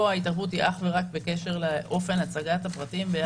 פה ההתערבות היא רק בקשר לאופן הצגת הפרטים.